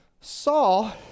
Saul